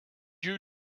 you